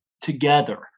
together